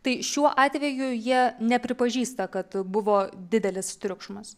tai šiuo atveju jie nepripažįsta kad buvo didelis triukšmas